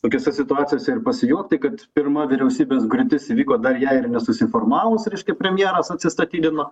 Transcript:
tokiose situacijose ir pasijuokti kad pirma vyriausybės griūtis įvyko dar jai ir nesusiformavus reiškia premjeras atsistatydino